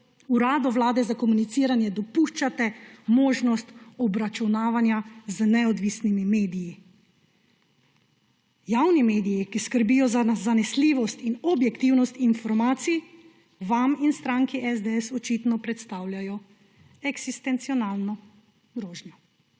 Uradu vlade za komuniciranje dopuščate možnost obračunavanja z neodvisnimi mediji. Javni mediji, ki skrbijo za zanesljivost in objektivnost informacij, vam in stranki SDS očitno predstavljajo eksistencionalno grožnjo.